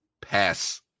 Pass